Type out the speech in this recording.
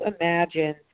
imagine